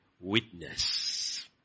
witness